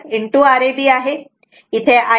इथे Iab 4